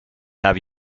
have